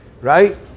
right